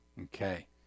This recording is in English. Okay